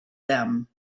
them